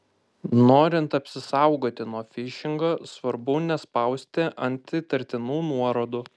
norint apsisaugoti nuo fišingo svarbu nespausti ant įtartinų nuorodų